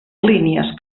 línies